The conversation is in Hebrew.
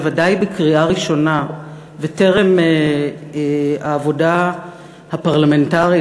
בוודאי בקריאה ראשונה וטרם העבודה הפרלמנטרית